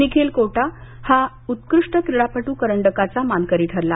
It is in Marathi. निखिल कोटा हा उत्कृष्ट क्रीडापटू करंडकाचा मानकरी ठरला